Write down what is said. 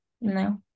No